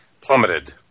plummeted